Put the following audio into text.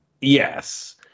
Yes